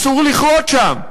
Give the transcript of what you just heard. שאסור לכרות שם,